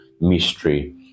mystery